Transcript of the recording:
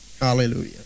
Hallelujah